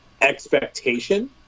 expectation